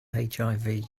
hiv